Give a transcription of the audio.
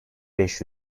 beş